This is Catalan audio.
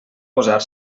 posar